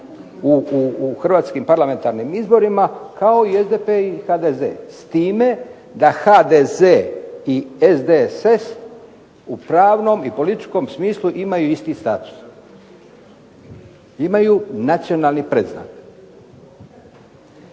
u hrvatskim parlamentarnim izborima kao i SDP i HDZ, s time da HDZ i SDSS u pravnom i političkom smislu imaju isti status. Imaju nacionalni predznak.